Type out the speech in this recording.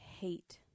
hate